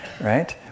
right